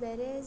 whereas